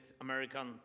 American